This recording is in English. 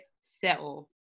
settle